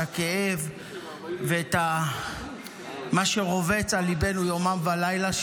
הכאב ואת מה שרובץ על ליבנו יום ולילה,